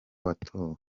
watowe